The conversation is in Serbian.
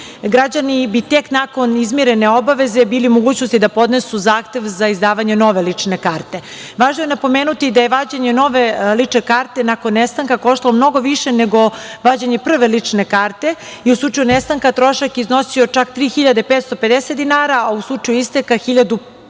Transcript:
Građani bi tek nakon izmirene obaveze bili u mogućnosti da podnesu zahtev za izdavanje nove lične karte. Važno je napomenuti da je vađenje nove lične karte nakon nestanka koštalo mnogo više nego vađenje prve lične karte i u slučaju nestanka trošak je iznosio čak 3.550 dinara, a u slučaju isteka 1.115